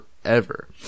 forever